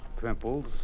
Pimples